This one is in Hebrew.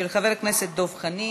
של חבר הכנסת דב חנין.